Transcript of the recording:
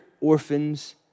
orphans